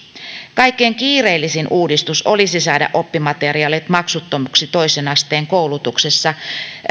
kaikkein kiireellisin uudistus olisi saada oppimateriaalit maksuttomiksi toisen asteen koulutuksessa